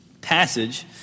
passage